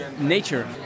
nature